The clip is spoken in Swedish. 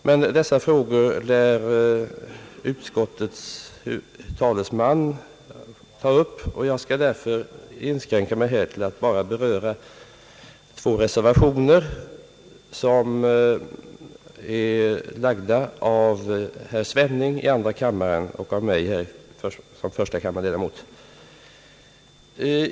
Men dessa frågor lär utskottets talesman ta upp, och jag skall därför inskränka mig här till att bara beröra två reservationer, som är framställda av herr Svenning i andra kammaren och av mig i denna kammare.